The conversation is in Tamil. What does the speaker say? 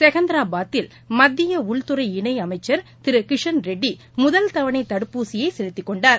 செகந்திராபாத்தில் மத்தியஉள்துறை இணையமைச்சர் திருகிஷன்ரெட்டிமுதல் தவணைதடுப்பூசியைசெலுத்திக் கொண்டார்